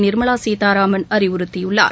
நிர்மலா சீதாராமன் அறிவுறுத்தியுள்ளார்